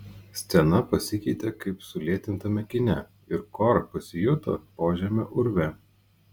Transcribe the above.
scena pasikeitė kaip sulėtintame kine ir kora pasijuto požemio urve